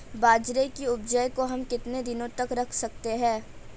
बाजरे की उपज को हम कितने दिनों तक रख सकते हैं?